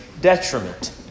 detriment